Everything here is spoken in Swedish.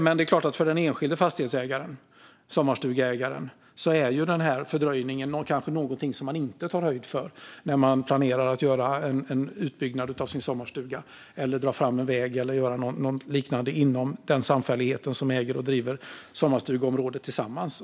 Men för den enskilde sommarstugeägaren är en fördröjning något man kanske inte tar höjd för när man planerar att göra en utbyggnad av sin sommarstuga eller när sommarstugeområdets samfällighet ska dra fram en väg.